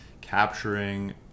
capturing